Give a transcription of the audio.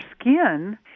skin